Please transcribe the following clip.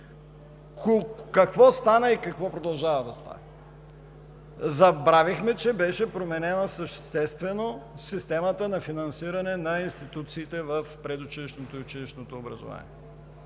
какво стана и какво продължава да става. Забравихме, че беше променена съществено системата на финансиране на институциите в предучилищното и училищното образование.